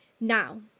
Now